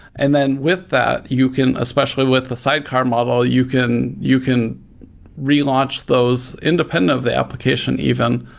and then with that, you can especially with the sidecar model, you can you can re-launch those independent of the application even,